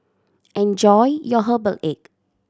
enjoy your herbal egg